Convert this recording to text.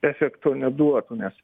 efekto neduotų nes